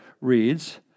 reads